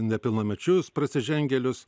nepilnamečius prasižengėlius